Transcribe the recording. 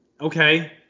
Okay